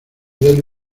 modelo